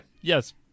Yes